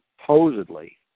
supposedly